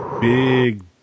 big